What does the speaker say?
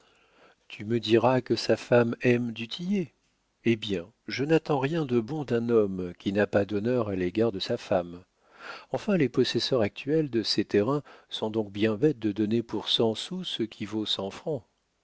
tu me diras que sa femme aime du tillet eh bien je n'attends rien de bon d'un homme qui n'a pas d'honneur à l'égard de sa femme enfin les possesseurs actuels de ces terrains sont donc bien bêtes de donner pour cent sous ce qui vaut cent francs